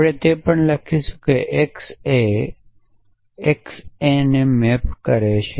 આપણે તે પણ લખીશું કે X એ X A ને મેપ કરે છે